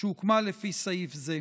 שהוקמה לפי סעיף זה.